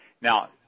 Now